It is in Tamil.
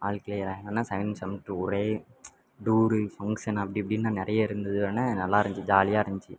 ஆல் க்ளீயர் ஆனோன்னே செகண்ட் செமஸ்ட்ரு ஒரே டூரு ஃபங்க்சன் அப்படி இப்படின்னுலாம் நிறைய இருந்துதோன்னே நல்லா இருந்துச்சி ஜாலியாக இருந்துச்சி